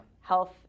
health